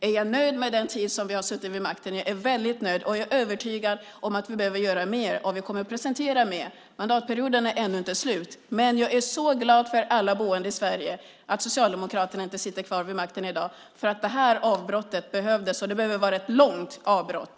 Är jag nöjd med den tid som vi har suttit vid makten? Jag är väldigt nöjd, och jag är övertygad om att vi behöver göra mer, och vi kommer att presentera mer. Mandatperioden är ännu inte slut. Men jag är så glad för alla som är boende i Sverige att Socialdemokraterna inte sitter kvar vid makten i dag därför att detta avbrott behövdes, och det behöver vara ett långt avbrott.